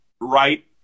right